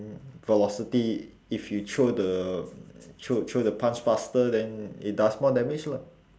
velocity if you throw the throw throw the punch faster then it does more damage lah